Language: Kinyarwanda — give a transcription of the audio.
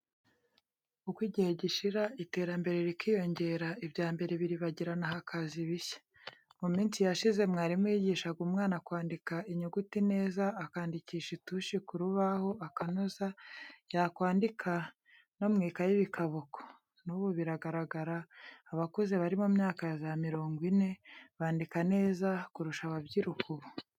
Uko igihe gishira, iterambere rikiyongera, ibya mbere biribagirana hakaza ibishya, mu minsi yashize mwarimu yigishaga umwana kwandika inyuguti neza, akandikisha itushi ku rubaho akanoza, yakwandika no mu ikayi bikaba uko, n'ubu biragaragara abakuze bari mu myaka ya za mirongo ine, bandika neza kurusha ababyiruka ubu.